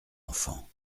enfant